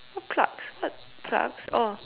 what clucks what clucks oh